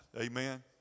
Amen